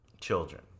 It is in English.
Children